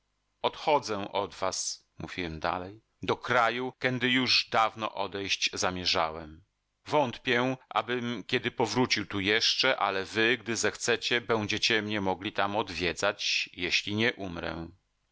odchodzę od was mówiłem dalej do kraju kędy już dawno odejść zamierzałem wątpię abym kiedy powrócił tu jeszcze ale wy gdy zechcecie będziecie mnie mogli tam odwiedzać jeśli nie umrę